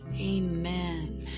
Amen